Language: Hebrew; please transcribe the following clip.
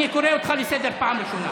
אני קורא אותך לסדר פעם ראשונה.